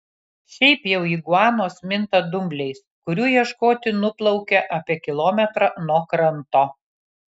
šiaip jau iguanos minta dumbliais kurių ieškoti nuplaukia apie kilometrą nuo kranto